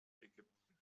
ägypten